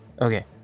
Okay